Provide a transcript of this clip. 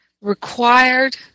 required